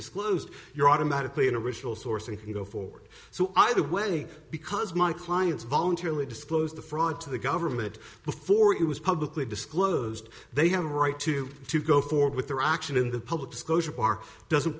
disclosed you're automatically an original source and can go forward so either way because my clients voluntarily disclosed the fraud to the government before it was publicly disclosed they have a right to to go forward with their action in the public disclosure bar doesn't